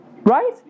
Right